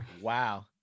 wow